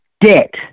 debt